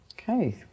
Okay